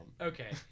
Okay